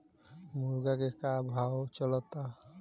मुर्गा के का भाव चलता?